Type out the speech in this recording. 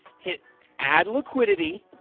hit add liquidity,